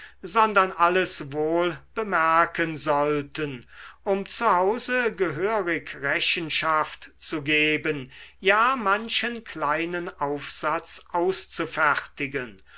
sondern alles wohl bemerken sollten um zu hause gehörig rechenschaft zu geben ja manchen kleinen aufsatz auszufertigen